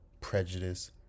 prejudice